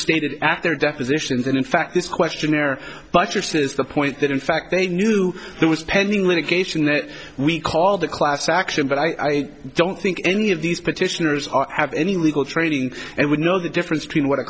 stated act their depositions and in fact this questionnaire buttresses the point that in fact they knew there was pending litigation that we call the class action but i don't think any of these petitioners are have any legal training and would know the difference between what